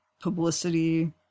publicity